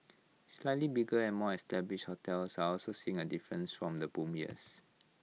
slightly bigger and more established hotels are also seeing A difference from the boom years